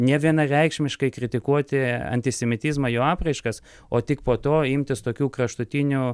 nevienareikšmiškai kritikuoti antisemitizmą jo apraiškas o tik po to imtis tokių kraštutinių